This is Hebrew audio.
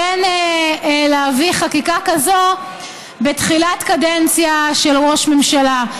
כן להביא חקיקה כזו בתחילת קדנציה של ראש ממשלה,